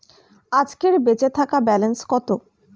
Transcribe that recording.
আজকের বেচে থাকা ব্যালেন্স কত?